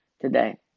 today